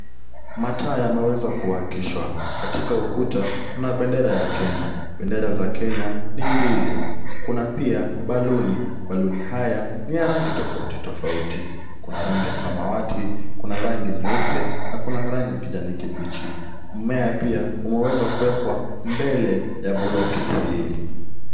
Mataa yameweza kuakishwa, katika ukuta kuna bendera ya Kenya. Bendera za Kenya ni mbili kuna pia baluni , baluni haya ni ya rangi tofauti tofauti. Kuna rangi ya samawati, kuna rangi nyeupe na kuna rangi ya kijani kibichi. Mmea pia umeweza kuwekwa mbele ya bloki hii.